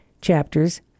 chapters